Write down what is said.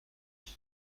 pour